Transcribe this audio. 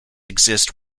exist